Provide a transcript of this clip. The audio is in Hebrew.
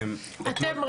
אתם,